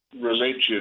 Religion